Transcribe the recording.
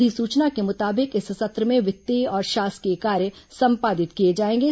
अधिसूचना के मुताबिक इस सत्र में वित्तीय और शासकीय कार्य संपादित किए जाएंगे